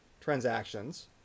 transactions